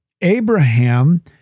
Abraham